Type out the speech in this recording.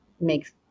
makes